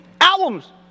albums